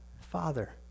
Father